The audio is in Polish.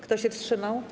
Kto się wstrzymał?